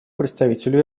представителю